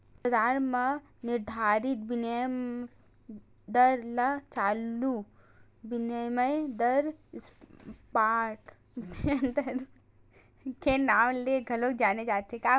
बजार म निरधारित बिनिमय दर ल चालू बिनिमय दर, स्पॉट बिनिमय दर के नांव ले घलो जाने जाथे